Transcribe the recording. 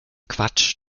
quatsch